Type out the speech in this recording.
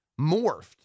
morphed